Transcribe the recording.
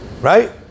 Right